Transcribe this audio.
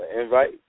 invite